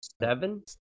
Seven